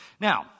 Now